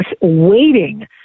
waiting